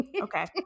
okay